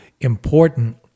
important